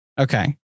Okay